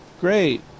great